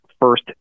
First